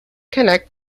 connect